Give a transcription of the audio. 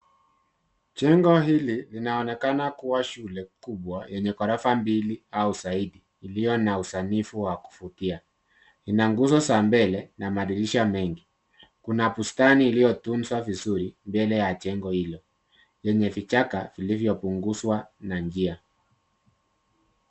Jengo hili linaonekana kuwa shule kubwa yenye ghorofa mbili au zaidi iliyo na usanifu wa kuvutia. Ina nguzo za mbele na madirisha mengi. Kuna bustani iliyotunzwa vizuri mbele ya jengo hilo yenye vichaka vilivyopunguzwa na njia.